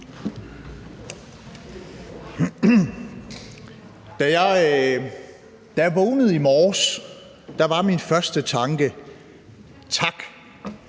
Da jeg vågnede i morges, var min første tanke: Tak,